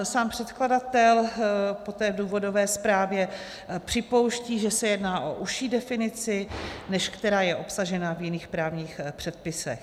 Sám předkladatel poté v důvodové zprávě připouští, že se jedná o užší definici, než která je obsažena v jiných právních předpisech.